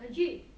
legit